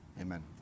Amen